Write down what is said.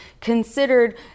considered